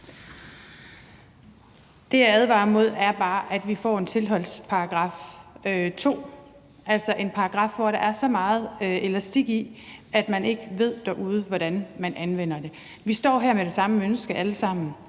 Det, jeg advarer mod, er bare, at vi får en tilholdsparagraf 2, altså en paragraf, hvor der er så meget elastik i, at man ikke ved derude, hvordan man anvender den. Vi står her med det samme ønske alle sammen.